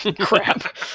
Crap